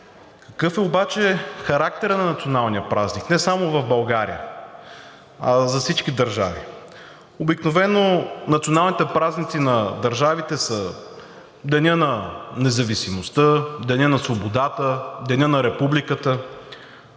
Какъв е обаче характерът на националния празник, не само в България, а за всички държави? Обикновено националните празници на държавите са Денят на независимостта, Денят на свободата, Денят на Републиката.